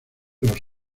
los